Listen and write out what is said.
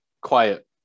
quiet